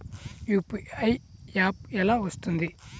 UPI app ఎలా వస్తుంది?